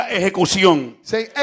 ejecución